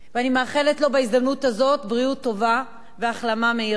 ואני מאחלת לו בהזדמנות הזאת בריאות טובה והחלמה מהירה.